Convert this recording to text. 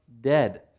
dead